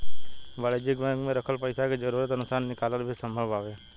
वाणिज्यिक बैंक में रखल पइसा के जरूरत अनुसार निकालल भी संभव बावे